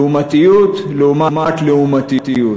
לעומתיות לעומת לעומתיות.